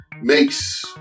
makes